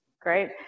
Great